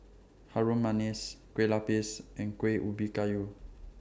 Harum Manis Kueh Lapis and Kuih Ubi Kayu